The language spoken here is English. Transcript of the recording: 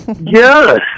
Yes